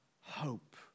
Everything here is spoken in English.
hope